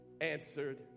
answered